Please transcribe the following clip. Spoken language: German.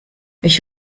ich